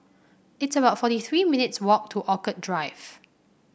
it's about forty three minutes walk to Orchid Drive